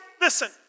listen